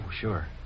sure